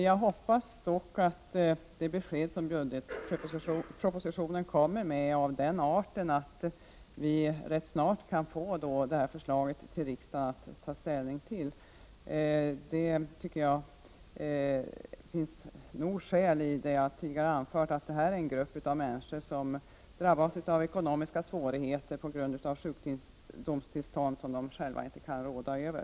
Jag hoppas dock att det besked som kommer i budgetpropositionen är av den arten att riksdagen snart kan få ett förslag att ta ställning till. Som jag tidigare anförde, är detta en grupp människor som drabbas av ekonomiska svårigheter på grund av sjukdomstillstånd som de själva inte kan råda över.